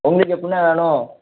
உங்களுக்கு எப்புடிண்ணே வேணும்